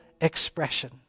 expression